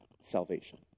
salvation